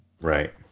Right